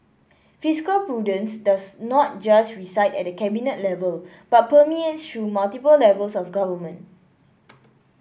fiscal prudence does not just reside at the cabinet level but permeates through multiple levels of government